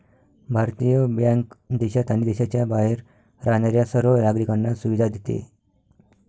भारतीय बँक देशात आणि देशाच्या बाहेर राहणाऱ्या सर्व नागरिकांना सुविधा देते